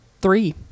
Three